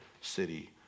city